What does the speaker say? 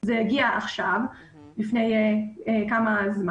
זה הגיע עכשיו, לפני זמן מה.